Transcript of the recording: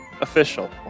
official